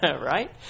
right